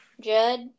Judd